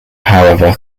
however